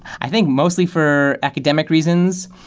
i think mostly for academic reasons.